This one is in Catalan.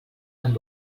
amb